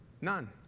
none